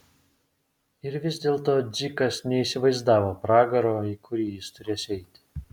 ir vis dėlto dzikas neįsivaizdavo pragaro į kurį jis turės eiti